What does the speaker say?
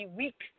weak